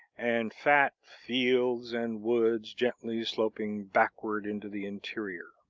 and fat fields and woods gently sloping backward into the interior.